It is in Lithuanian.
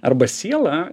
arba siela